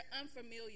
unfamiliar